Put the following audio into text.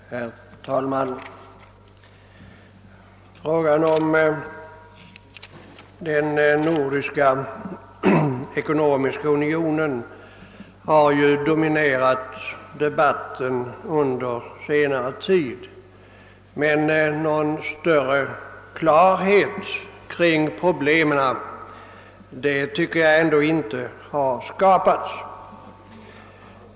Herr talman! Frågan om den nordiska ekonomiska unionen har dominerat debatten under senare tid. Men någon större klarhet kring problemen tycker jag ändå inte har skapats.